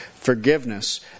forgiveness